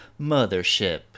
Mothership